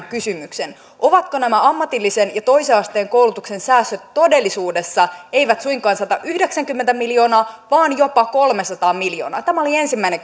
kysymyksen ovatko nämä ammatillisen ja toisen asteen koulutuksen säästöt todellisuudessa eivät suinkaan satayhdeksänkymmentä miljoonaa vaan jopa kolmesataa miljoonaa tämä oli ensimmäinen